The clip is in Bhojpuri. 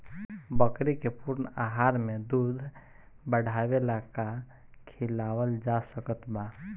बकरी के पूर्ण आहार में दूध बढ़ावेला का खिआवल जा सकत बा?